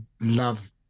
love